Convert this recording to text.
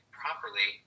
properly